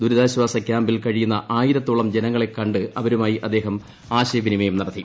ദുരിതാശ്വാസ കൃാമ്പിൽ കഴിയുന്ന ആയിരത്തോളം ജനങ്ങളെ ക ് അവരുമായി അദ്ദേഹം ആശയവിനിമൃയം നടത്തി